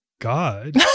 god